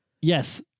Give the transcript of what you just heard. yes